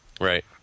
Right